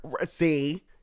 see